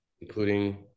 Including